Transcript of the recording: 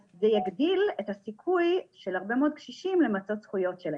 אז זה יגדיל את הסיכוי של הרבה מאוד קשישים למצות זכויות שלהם.